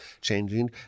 changing